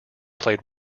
played